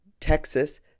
Texas